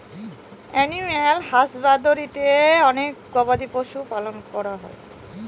animal হাসবাদরীতে অনেক গবাদি পশুদের পালন করা হয়